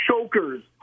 Chokers